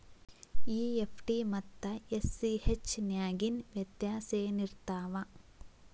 EFT ಮತ್ತ ACH ನ್ಯಾಗಿನ್ ವ್ಯೆತ್ಯಾಸೆನಿರ್ತಾವ?